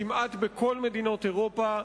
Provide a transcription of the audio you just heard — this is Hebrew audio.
כמעט בכל מדינות אירופה,